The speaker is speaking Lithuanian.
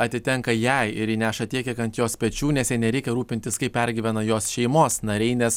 atitenka jai ir ji neša tiek kiek ant jos pečių nes jai nereikia rūpintis kaip pergyvena jos šeimos nariai nes